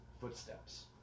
footsteps